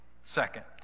second